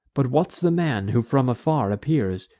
but what's the man, who from afar appears?